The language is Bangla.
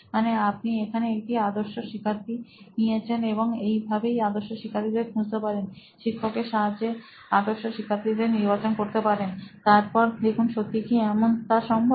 মানে আপনি এখানে একটি আদর্শ শিক্ষার্থী নিয়েছেন এবং এই ভাবেই আদর্শ শিক্ষার্থীদের খু জ তে পারেন শিক্ষক এর সাহায্যে আদর্শ শিক্ষার্থীদের নির্বাচন করতে পারেন তার পরে দেখুন সত্যিই কি এমন তা সম্ভব